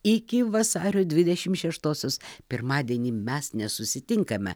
iki vasario dvidešimt šeštosios pirmadienį mes nesusitinkame